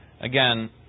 again